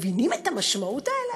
מבינים את המשמעויות האלה?